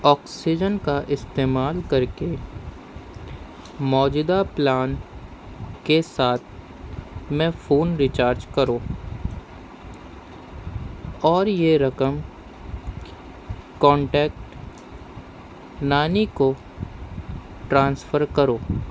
oxygen کا استعمال کر کے موجودہ پلان کے ساتھ میں فون ریچارج کرو اور یہ رقم کانٹیکٹ نانی کو ٹرانسفر کرو